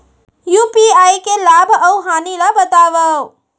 UPI के लाभ अऊ हानि ला बतावव